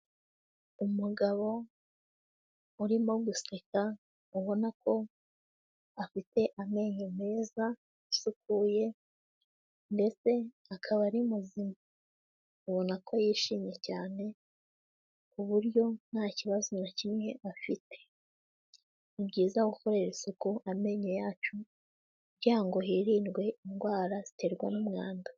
Umugabo urimo guseka ubona ko afite amenyo meza asukuye ndetse akaba ari muzima, ubona ko yishimye cyane ku buryo ntakibazo na kimwe afite. Ni byiza gukorera isuku amenyo yacu kugira ngo hirindwe indwara ziterwa n'umwanda.